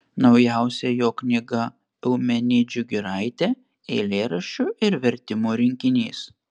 naujausia jo knyga eumenidžių giraitė eilėraščių ir vertimų rinkinys